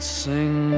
sing